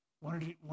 wanted